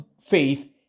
faith